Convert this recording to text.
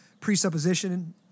presupposition